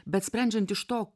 bet sprendžiant iš to